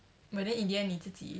but then in the end 你自己